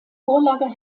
vorlage